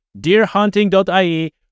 deerhunting.ie